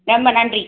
ரொம்ப நன்றி